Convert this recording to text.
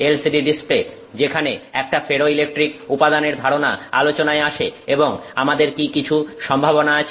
LCD display যেখানে একটা ferroelectric উপাদানের ধারণা আলোচনায় আসে এবং আমাদের কি কিছু সম্ভাবনা আছে